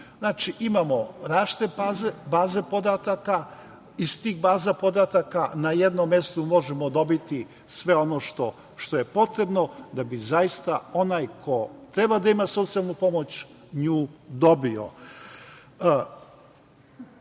Znači, imamo različite baze podataka. Iz tih baza podataka na jednom mestu možemo dobiti sve ono što je potrebno da bi zaista onaj ko treba da ima socijalnu pomoć nju dobio. Srbija